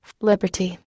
Liberty